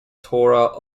torah